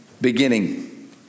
beginning